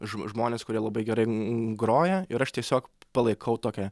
ž žmones kurie labai gerai groja ir aš tiesiog palaikau tokią